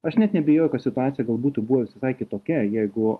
aš net neabejoju kad situacija gal būtų buvus visai kitokia jeigu